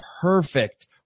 perfect